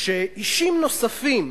שאישים נוספים,